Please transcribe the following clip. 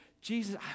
Jesus